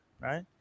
right